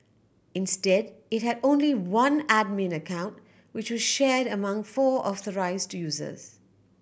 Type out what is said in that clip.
instead it had only one admin account which was shared among four authorised users